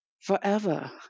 forever